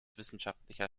wissenschaftlicher